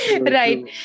Right